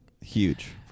huge